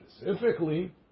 specifically